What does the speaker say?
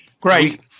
Great